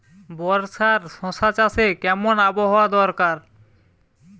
বর্ষার শশা চাষে কেমন আবহাওয়া দরকার?